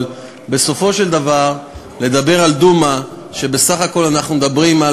אבל בסופו של דבר לדבר על דומא כשבסך הכול אנחנו מדברים על,